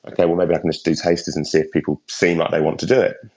ok, well, maybe i can just do tastings and see if people seem like they want to do it.